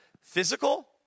physical